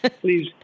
Please